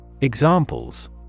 Examples